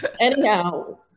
Anyhow